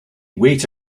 wait